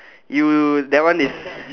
you that one is